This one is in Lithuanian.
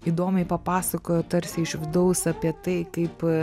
įdomiai papasakojo tarsi iš vidaus apie tai kaip